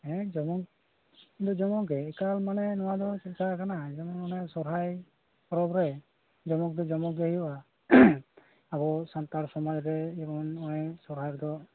ᱦᱮᱸ ᱡᱚᱢᱚᱠ ᱫᱚ ᱡᱚᱢᱚᱠ ᱜᱮ ᱮᱠᱟᱞ ᱢᱟᱱᱮ ᱱᱚᱣᱟ ᱫᱚ ᱪᱮᱫ ᱞᱮᱠᱟ ᱠᱟᱱᱟ ᱡᱮᱢᱚᱱ ᱚᱱᱟ ᱥᱚᱦᱨᱟᱭ ᱯᱚᱨᱚᱵᱽ ᱨᱮ ᱡᱚᱢᱚᱠ ᱫᱚ ᱡᱚᱢᱚᱠ ᱜᱮ ᱦᱩᱭᱩᱜᱼᱟ ᱟᱵᱚ ᱥᱟᱱᱛᱟᱲ ᱥᱚᱢᱟᱡᱽ ᱨᱮ ᱡᱮᱢᱚᱱ ᱱᱚᱜ ᱚᱭ ᱥᱚᱦᱨᱟᱭ ᱨᱮᱫᱚ